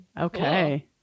Okay